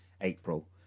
April